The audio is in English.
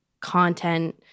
content